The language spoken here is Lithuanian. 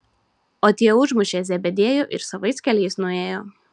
o tie užmušė zebediejų ir savais keliais nuėjo